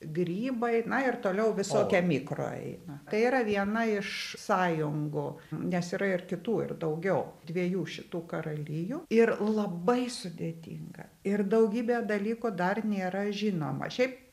grybai na ir toliau visokie mikro eina tai yra viena iš sąjungų nes yra ir kitų ir daugiau dviejų šitų karalijų ir labai sudėtinga ir daugybė dalykų dar nėra žinoma šiaip